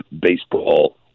baseball